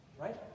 Right